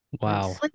wow